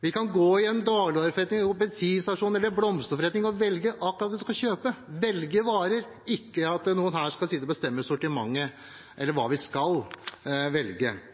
Vi kan gå i en dagligvareforretning, på en bensinstasjon eller i en blomsterforretning og velge akkurat hva vi skal kjøpe, velge varer – ikke at noen her skal sitte og bestemme sortimentet, eller hva vi skal velge.